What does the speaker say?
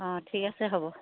অঁ ঠিক আছে হ'ব